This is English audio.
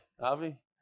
Avi